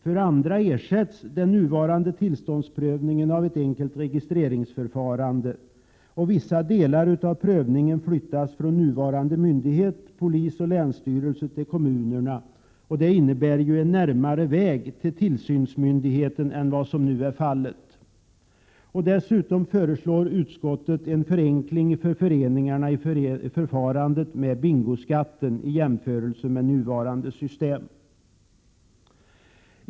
För andra ersätts den nuvarande tillståndsprövningen av ett enkelt registreringsförfarande. Vissa delar av prövningen flyttas från nuvarande myndighet, polis och länsstyrelse, till kommunerna. Det innebär en närmare väg till tillsynsmyndigheten än vad som nu är fallet. Dessutom föreslår utskottet en förenkling för föreningarna i förfarandet med bingoskatten i jämförelse med nuvarande system.